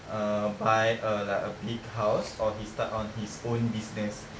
uh buy a like a big house or he start on his own business